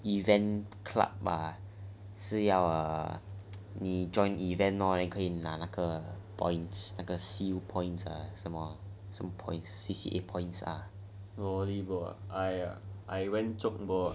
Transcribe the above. event club bah 是要 ah 你 join event hor 然后可以拿那个 points 那个 siew points ah 什么 ah